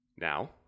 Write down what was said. Now